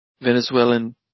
Venezuelan